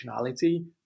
functionality